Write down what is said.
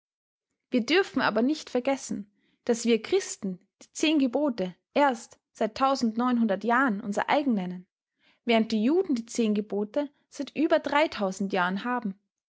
wir dürfen aber nicht vergessen daß wir christen die zehn gebote erst seit jahren unser eigen nennen während die juden die zehn gebote seit über jahren haben